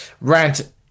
rant